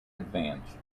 advance